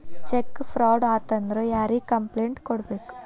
check fraud ಆತಂದ್ರ ಯಾರಿಗ್ complaint ಕೂಡ್ಬೇಕು